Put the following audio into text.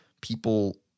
people